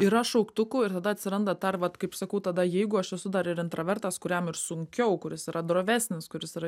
yra šauktukų ir tada atsiranda dar vat kaip sakau tada jeigu aš esu dar ir intravertas kuriam ir sunkiau kuris yra drovesnis kuris yra